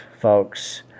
folks